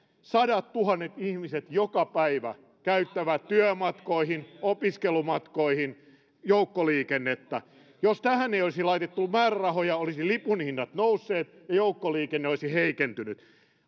sadattuhannet ihmiset joka päivä käyttävät työmatkoihin opiskelumatkoihin joukkoliikennettä jos tähän ei olisi laitettu määrärahoja olisivat lipun hinnat nousseet ja joukkoliikenne olisi heikentynyt